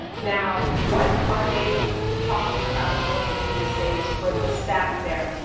now, what are they talking about doing these days with the staff there?